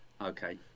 Okay